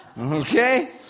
Okay